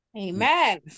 amen